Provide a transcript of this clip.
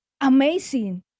amazing